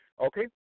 Okay